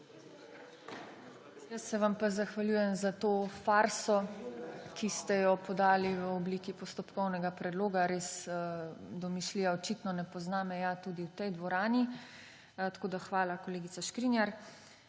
Jaz se vam pa zahvaljujem za to farso, ki ste jo podali v obliki postopkovnega predloga. Res, domišljija očitno ne pozna meja tudi v tej dvorani. Hvala, kolegica Škrinjar.